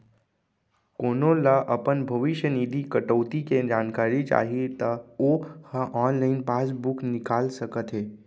कोनो ल अपन भविस्य निधि कटउती के जानकारी चाही त ओ ह ऑनलाइन पासबूक निकाल सकत हे